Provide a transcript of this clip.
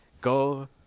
go